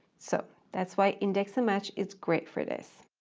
so that's why index and match is great for this.